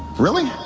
really?